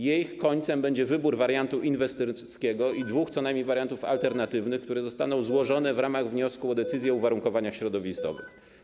Jego końcem będzie wybór wariantu inwestorskiego i co najmniej dwóch wariantów alternatywnych, które zostaną złożone w ramach wniosku o decyzję o uwarunkowaniach środowiskowych.